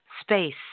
space